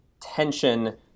tension